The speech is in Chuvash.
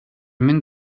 мӗн